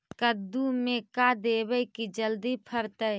कददु मे का देबै की जल्दी फरतै?